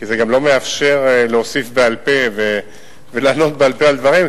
כי זה גם לא מאפשר להוסיף בעל-פה ולענות בעל-פה על דברים,